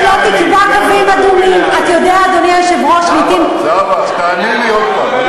שלא תקבע קווים אדומים, זהבה, תעני לי עוד הפעם.